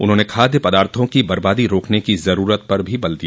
उन्होंने खाद्य पदार्थों की बबादी रोकने की जरूरत पर बल दिया